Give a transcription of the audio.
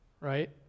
right